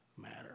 matter